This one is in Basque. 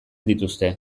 dituzte